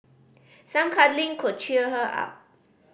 some cuddling could cheer her up